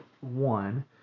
one